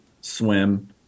swim